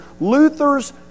Luther's